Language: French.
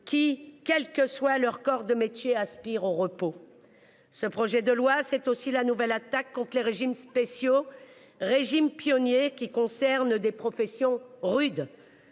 qui, quel que soit leur corps de métier aspirent au repos. Ce projet de loi c'est aussi la nouvelle attaque compte les régimes spéciaux. Régimes pionnier qui concernent des professions rude